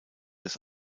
das